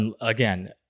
again